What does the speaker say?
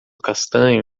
castanho